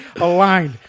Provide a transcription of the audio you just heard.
aligned